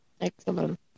Excellent